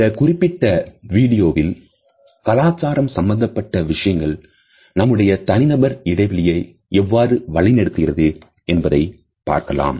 இந்த குறிப்பிட்டு வீடியோவில் கலாச்சாரம் சம்பந்தப்பட்ட விஷயங்கள் நம்முடைய தனிநபர் இடைவெளியை எவ்வாறு வழிநடத்துகிறது என்பதை பார்க்கலாம்